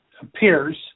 appears